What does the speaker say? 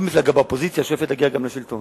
כל מפלגה באופוזיציה שואפת להגיע לשלטון.